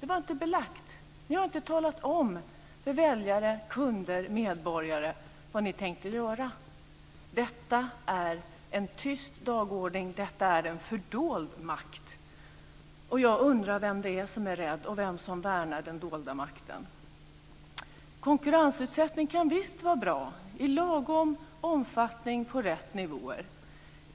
Det var inte belagt. Ni har inte talat om för väljare, kunder och medborgare vad ni tänkt göra. Detta är en tyst dagordning och en fördold makt. Jag undrar vem det är som är rädd och vem som värnar den dolda makten. Konkurrensutsättning kan visst vara bra, i lagom omfattning och på de rätta nivåerna.